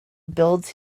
builds